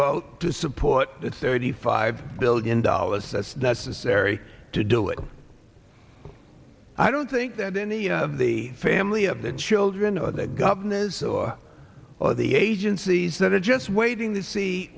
vote to support the thirty five billion dollars that's necessary to do it i don't think that any of the family of the children or the governess or or the agencies that are just waiting to see